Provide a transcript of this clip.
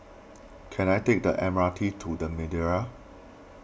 can I take the M R T to the Madeira